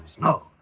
no